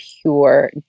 pure